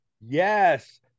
Yes